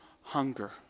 hunger